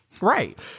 right